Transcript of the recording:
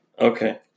Okay